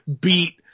beat